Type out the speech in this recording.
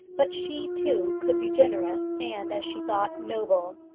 but she, too, could be generous, and, as she thought, noble.